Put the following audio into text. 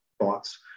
thoughts